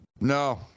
No